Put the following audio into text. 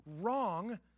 wrong